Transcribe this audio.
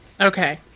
Okay